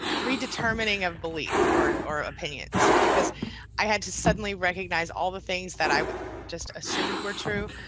redetermining of belief or or opinions, because i had to suddenly recognize all the things that i would just assumed were true,